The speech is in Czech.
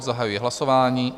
Zahajuji hlasování.